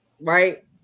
Right